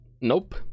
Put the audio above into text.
Nope